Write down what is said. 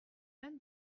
vingt